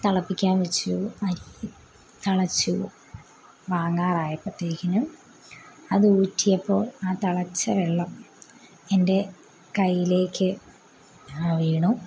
തെളപ്പിക്കാൻ വെച്ചു അരി തിളച്ച് വാങ്ങാറായപ്പത്തേക്കിനും അത് ഊറ്റിയപ്പോൾ ആ തിളച്ച വെള്ളം എൻ്റെ കയ്യിലേക്ക് വീണു